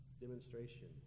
demonstration